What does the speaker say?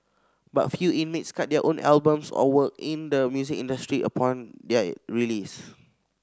but few inmates cut their own albums or work in the music industry upon their release